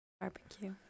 Barbecue